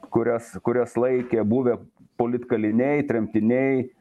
kurias kurias laikė buvę politkaliniai tremtiniai